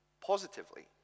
positively